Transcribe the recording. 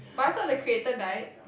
but I thought the creator died